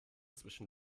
zwischen